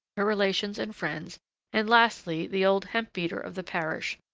her relations and friends and, lastly, the old hemp-beater of the parish,